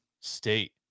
state